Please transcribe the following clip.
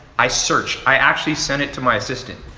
i searched. i actually sent it to my assistant.